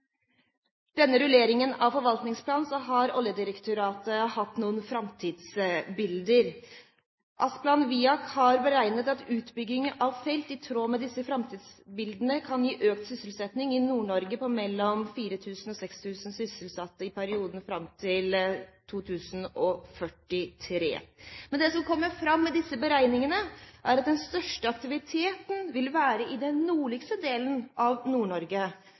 denne rulleringen av forvaltningsplanen har Oljedirektoratet hatt noen framtidsbilder. Asplan Viak har beregnet at utbyggingen av felt i tråd med disse framtidsbildene kan gi økt sysselsetting i Nord-Norge på mellom 4 000 og 6 000 sysselsatte i perioden fram til 2043. Men det som kommer fram i disse beregningene, er at den største aktiviteten vil være i den nordligste delen av